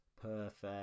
Perfect